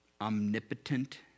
omnipotent